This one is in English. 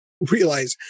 realize